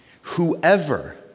Whoever